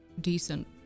decent